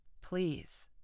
Please